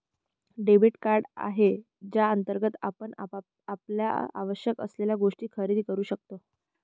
debit card आहे ज्याअंतर्गत आपण आपल्याला आवश्यक असलेल्या गोष्टी खरेदी करू शकतो